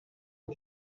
est